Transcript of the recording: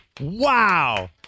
Wow